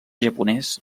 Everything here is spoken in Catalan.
japonès